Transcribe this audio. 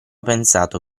pensato